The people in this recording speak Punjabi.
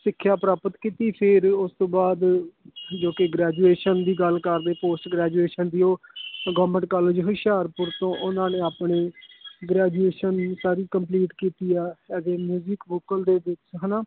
ਸਿੱਖਿਆ ਪ੍ਰਾਪਤ ਕੀਤੀ ਫਿਰ ਉਸ ਤੋਂ ਬਾਅਦ ਜੋ ਕਿ ਗ੍ਰੇਜੁਏਸ਼ਨ ਦੀ ਗੱਲ ਕਰਦੇ ਪੋਸਟ ਗ੍ਰੇਜੁਏਸ਼ਨ ਦੀ ਉਹ ਗੌਮੈਂਟ ਕਾਲਜ ਹੁਸ਼ਿਆਰਪੁਰ ਤੋਂ ਉਨ੍ਹਾਂ ਨੇ ਆਪਣੀ ਗ੍ਰੇਜੁਏਸ਼ਨ ਸਾਰੀ ਕੰਪਲੀਟ ਕੀਤੀ ਆ ਇਹਦੇ ਮਿਊਜ਼ਿਕ ਵੋਕਲ ਦੇ ਵਿੱਚ ਹੈ ਨਾ